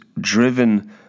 driven